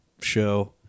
show